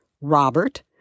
Robert